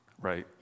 right